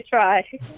try